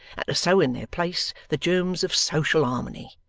sow in their place, the germs of social harmony.